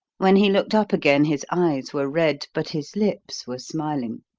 when he looked up again his eyes were red, but his lips were smiling.